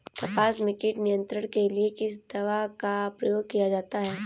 कपास में कीट नियंत्रण के लिए किस दवा का प्रयोग किया जाता है?